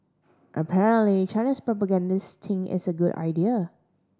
apparently China's propagandists think it's a good idea